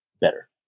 better